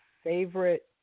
favorite